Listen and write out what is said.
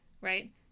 right